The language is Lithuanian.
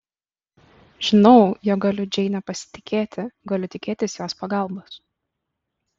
žinau jog galiu džeine pasitikėti galiu tikėtis jos pagalbos